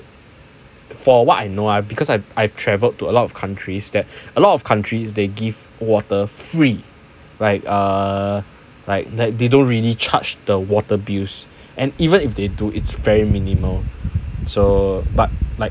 for what I know lah I because I I've traveled to a lot of countries that a lot of countries they give water free like err like that they don't really charge the water bills and even if they do it's very minimal so but like